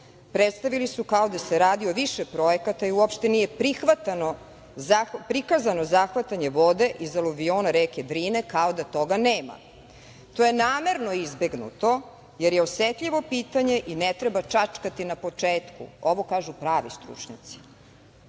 predstavili su kao da se radi o više projekata i uopšte nije prikazano zahvatanje vode iz aluviona reke Drine, kao toga nema. To je namerno izbegnuto, jer je osetljivo pitanje i ne treba čačkati na početku, ovo kažu pravi stručnjaci,